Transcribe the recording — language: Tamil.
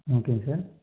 ஓகேங்க சார்